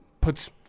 puts